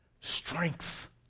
strength